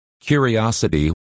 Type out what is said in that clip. curiosity